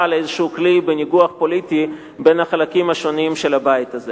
לאיזה כלי בניגוח פוליטי בין החלקים השונים של הבית הזה.